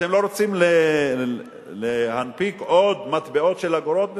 אתם לא רוצים להנפיק עוד מטבעות של אגורות?